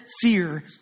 fear